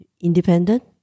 independent